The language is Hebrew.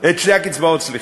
את שתי הקצבאות, סליחה,